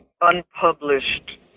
unpublished